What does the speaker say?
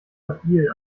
labil